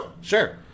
Sure